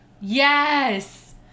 Yes